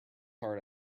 heart